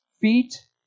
feet